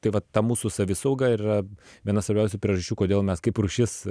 tai va ta mūsų savisauga ir yra viena svarbiausių priežasčių kodėl mes kaip rūšis